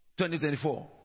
2024